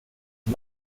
med